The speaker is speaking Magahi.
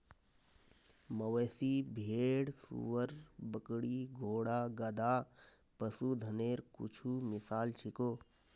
मवेशी, भेड़, सूअर, बकरी, घोड़ा, गधा, पशुधनेर कुछु मिसाल छीको